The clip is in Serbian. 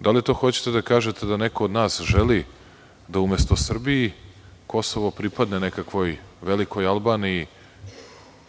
Da li to hoćete da kažete da neko od nas želi da, umesto Srbiji, Kosovo pripadne nekakvoj velikoj Albaniji